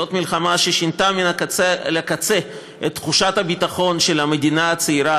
זאת מלחמה ששינתה מן הקצה אל הקצה את תחושת הביטחון של המדינה הצעירה,